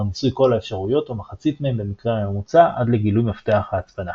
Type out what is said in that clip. ניסוי כל האפשרויות או מחצית מהן במקרה הממוצע עד לגילוי מפתח ההצפנה.